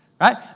right